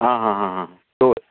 आं हां हां हां सो